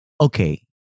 okay